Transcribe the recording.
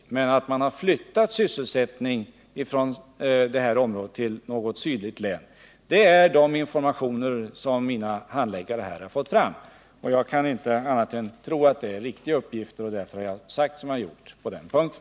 Däremot har man inte flyttat sysselsättning från detta område till något sydligt län. Det är de informationer som mina handläggare har fått fram. Jag kan inte tro annat än att det är riktiga uppgifter, och därför har jag svarat som jag har gjort på den punkten.